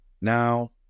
now